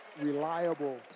reliable